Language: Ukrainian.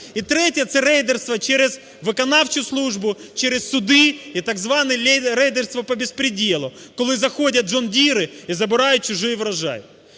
І третє – це рейдерство через виконавчу службу, через суди і так зване рейдерство "по беспределу", коли заходять Джон Діри і забирають чужий врожай.